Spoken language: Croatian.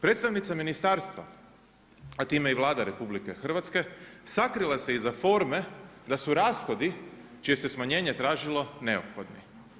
Predstavnica ministarstva a time i Vlada RH sakrila se iz forme da su rashodi čije se smanjenje tražilo neophodno.